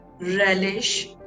relish